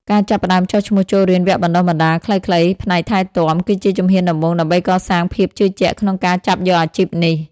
ការចាប់ផ្តើមចុះឈ្មោះចូលរៀនវគ្គបណ្តុះបណ្តាលខ្លីៗផ្នែកថែទាំ គឺជាជំហានដំបូងដើម្បីកសាងភាពជឿជាក់ក្នុងការចាប់យកអាជីពនេះ។